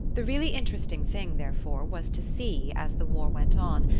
the really interesting thing, therefore, was to see, as the war went on,